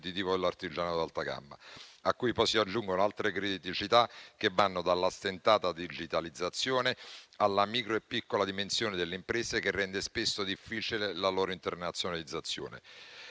competitivo dell'artigianato di alta gamma. A questo, poi, si aggiungono altre criticità che vanno dalla stentata digitalizzazione alla micro e piccola dimensione delle imprese, che rende spesso difficile la loro internazionalizzazione.